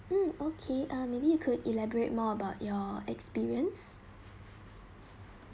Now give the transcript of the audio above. um okay ah maybe you could elaborate more about your experience